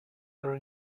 are